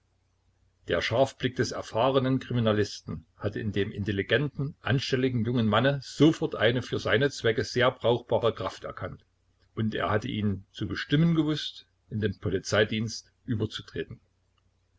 der scharfblick des erfahrenen kriminalisten hatte in dem intelligenten anstelligen jungen manne sofort eine für seine zwecke sehr brauchbare kraft erkannt und er hatte ihn zu bestimmen gewußt in den polizeidienst überzutreten